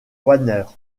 wagner